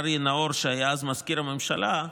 אריה נאור, שהיה אז מזכיר הממשלה,